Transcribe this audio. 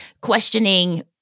questioning